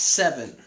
seven